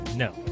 No